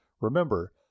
Remember